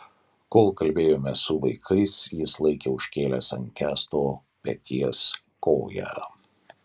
kol kalbėjomės su vaikais jis laikė užkėlęs ant kęsto peties koją